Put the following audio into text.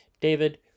David